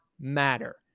matter